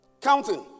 Counting